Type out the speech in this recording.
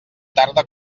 tarda